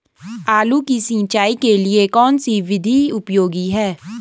आलू की सिंचाई के लिए कौन सी विधि उपयोगी है?